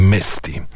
Misty